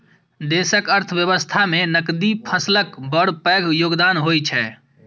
देशक अर्थव्यवस्था मे नकदी फसलक बड़ पैघ योगदान होइ छै